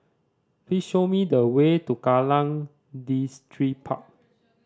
please show me the way to Kallang Distripark